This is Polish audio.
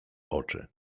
oczy